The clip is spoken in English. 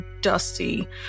dusty